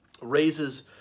raises